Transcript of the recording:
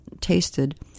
tasted